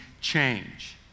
change